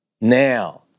Now